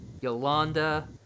Yolanda